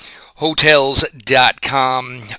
Hotels.com